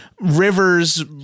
Rivers